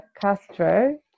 Castro